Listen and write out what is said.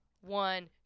one